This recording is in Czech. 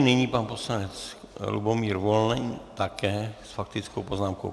Nyní pan poslanec Lubomír Volný, také s faktickou poznámkou.